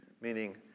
meaning